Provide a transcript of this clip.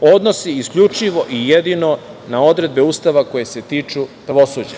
odnosi isključivo i jedino na odredbe Ustava koje se tiču pravosuđa.